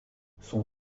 son